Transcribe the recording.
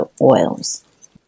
oils